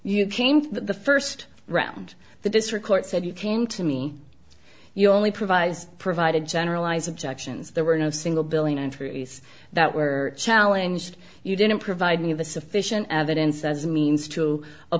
you came to the first round the district court said you came to me your only provides provide a generalized objections there were no single billing entries that were challenged you didn't provide me the sufficient evidence as means to a